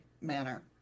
manner